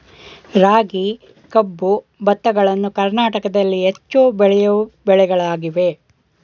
ರಾಗಿ, ಕಬ್ಬು, ಭತ್ತಗಳನ್ನು ಕರ್ನಾಟಕದಲ್ಲಿ ಹೆಚ್ಚು ಬೆಳೆಯೋ ಬೆಳೆಗಳಾಗಿವೆ